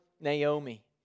Naomi